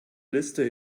liste